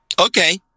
Okay